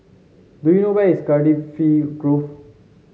do you know where is Cardifi Grove